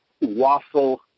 waffle